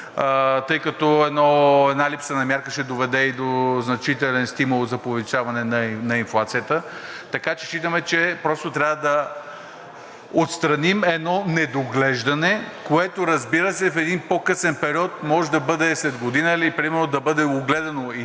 Тъй като една липса на мярка ще доведе и до значителен стимул за повишаване на инфлацията. Така че считаме, че просто трябва да отстраним едно недоглеждане, което, разбира се, в един по-късен период може да бъде – след година ли, примерно да бъде огледано изцяло,